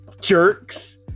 Jerks